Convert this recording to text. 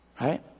right